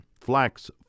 Flax